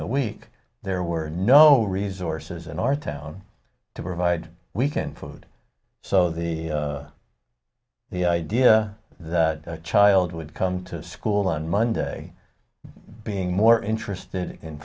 the week there were no resorts as in our town to provide weekend food so the the idea that a child would come to school on monday being more interested in